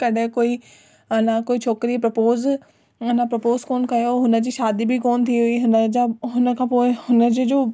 कॾहिं कोई अञा कोई छोकिरी प्रपोस्ज इन प्रपोस्ज कोन कयो हुन जी शादी बि कोन थी हुई हिन जा हुन खां पोए हुन जे जो